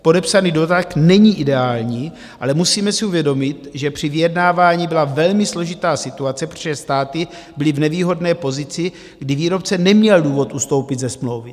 Podepsaný dodatek není ideální, ale musíme si uvědomit, že při vyjednávání byla velmi složitá situace, protože státy byly v nevýhodné pozici, kdy výrobce neměl důvod ustoupit ze smlouvy.